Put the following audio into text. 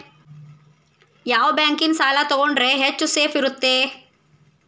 ಯಾವ ಬ್ಯಾಂಕಿನ ಸಾಲ ತಗೊಂಡ್ರೆ ಹೆಚ್ಚು ಸೇಫ್ ಇರುತ್ತಾ?